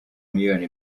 miliyoni